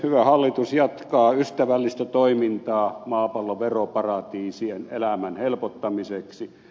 hyvä hallitus jatkaa ystävällistä toimintaa maapallon veroparatiisien elämän helpottamiseksi